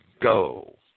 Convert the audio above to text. Go